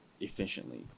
efficiently